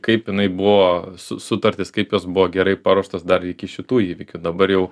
kaip jinai buvo su sutartys kaip jos buvo gerai paruoštos dar iki šitų įvykių dabar jau